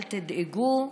אל תדאגו,